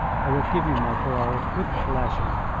i will give you my parole, with pleasure.